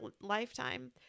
lifetime